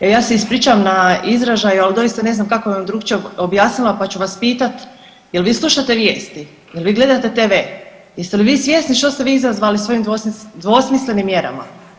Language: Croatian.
Evo ja se ispričavam na izražaju, ali doista ne znam kako bi vam drukčija objasnila pa ću vas pitati, jel vi slušate vijesti, jel vi gledate TV, jeste li vi svjesni što ste vi izazvali svojim dvosmislenim mjerama?